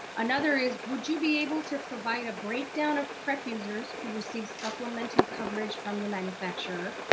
another is would you be able to provide a breakdown of prep users who receive supplemental coverage from the manufacturer?